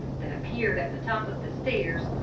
that appeared at the top of the stairs,